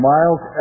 Miles